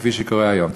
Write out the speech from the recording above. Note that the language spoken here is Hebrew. כפי שקורה היום.